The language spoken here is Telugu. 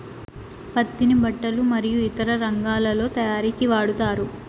పత్తిని బట్టలు మరియు ఇతర రంగాలలో తయారీకి వాడతారు